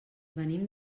venim